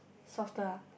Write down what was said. softer ah